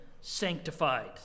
sanctified